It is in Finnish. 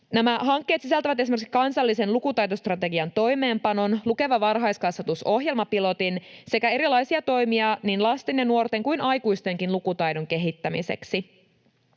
Nämä hankkeet sisältävät esimerkiksi kansallisen lukutaitostrategian toimeenpanon, Lukeva varhaiskasvatus ‑ohjelmapilotin sekä erilaisia toimia niin lasten ja nuorten kuin aikuistenkin lukutaidon kehittämiseksi.